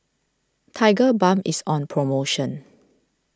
Tigerbalm is on promotion